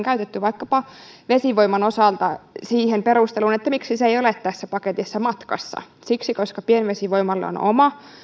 käytetty vaikkapa vesivoiman osalta siihen perusteluun miksi se ei ole tässä paketissa matkassa siksi koska pienvesivoimalla on oma